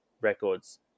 records